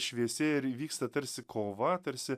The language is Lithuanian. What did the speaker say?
šviesėja ir įvyksta tarsi kova tarsi